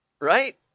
right